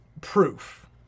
proof